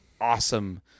awesome